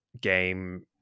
game